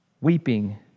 weeping